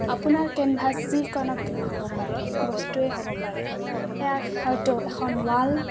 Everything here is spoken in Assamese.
আপোনাৰ কেনভাছ যিকোনো হ'ব পাৰে বস্তুৱেই হ'ব পাৰে সেয়া হয়তো এখন ৱাল